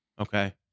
Okay